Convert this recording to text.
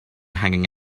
hanging